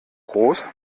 groß